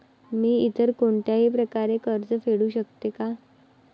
मी इतर कोणत्याही प्रकारे कर्ज फेडू शकते का?